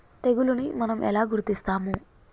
తెగులుని మనం ఎలా గుర్తిస్తాము?